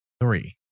Three